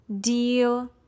deal